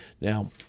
Now